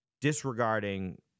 disregarding